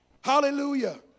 hallelujah